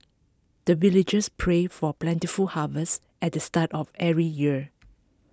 the villagers pray for plentiful harvest at the start of every year